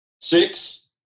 Six